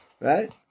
right